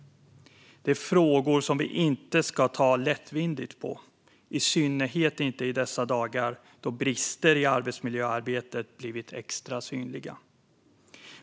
Det är frågor som vi inte ska ta lättvindigt på, i synnerhet inte i dessa dagar då brister i arbetsmiljöarbetet blivit extra synliga.